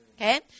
Okay